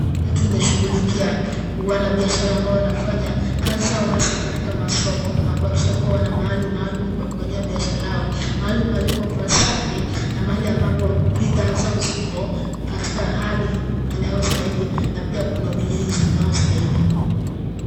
Imeshughulikia wanabiashara ambao wanafanya kazi zao hasa katika masoko na kuhakikisha kuwa wana mahali maalum pa kufanyia biashara yao mahali palipo pasafi na mahali ambapo bidhaa zao ziko katika hali inayostahili na pia kuna ulinzi unaostahili